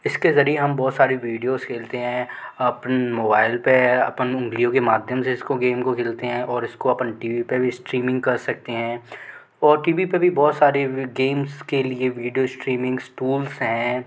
इसके ज़रिए हम बहुत सारी विडियोज़ खेलते हैं अपन मोबाइल पर अपन उंगलियों के माध्यम से इसको गेम को खेलते हैं और इसको अपन टी वी पर भी स्ट्रीमिंग कर सकते हैं और टी वी पर भी बहुत सारे गेम के लिए विडियो स्ट्रीमिंग टूल्स हैं